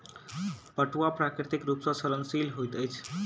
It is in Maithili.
पटुआ प्राकृतिक रूप सॅ सड़नशील होइत अछि